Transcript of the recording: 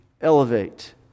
elevate